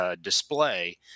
display